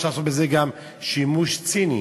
אפשר לעשות בזה גם שימוש ציני.